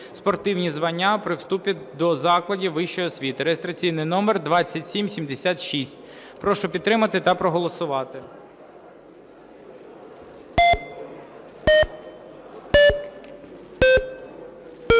спортивні звання при вступі до закладів вищої освіти (реєстраційний номер 2776). Прошу підтримати та проголосувати.